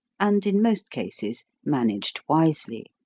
and in most cases managed wisely.